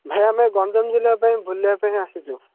ଭାଇ ଆମେ ଗଞ୍ଜାମ ଜିଲ୍ଲା ପାଇଁ ବୁଲିବା ପାଇଁ ଆସିଛୁ